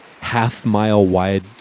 half-mile-wide